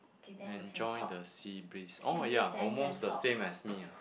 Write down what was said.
enjoy the sea breeze oh ya almost the same as me ah